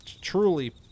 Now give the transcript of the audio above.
truly